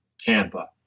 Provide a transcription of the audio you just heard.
Tampa